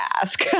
ask